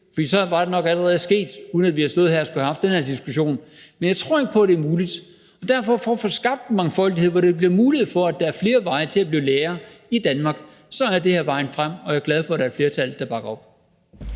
men så var det nok allerede sket, uden at vi havde stået her og skulle have haft den her diskussion. Men jeg tror ikke på, at det er muligt, og derfor – for at få skabt mangfoldighed, så der bliver mulighed for, at der er flere veje til at blive lærer i Danmark – så er det her vejen frem, og jeg er glad for, at der er et flertal, der bakker op.